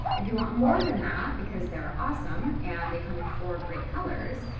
if you want more than that, because they're awesome, and they come in four great colors,